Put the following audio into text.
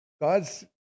God's